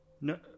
No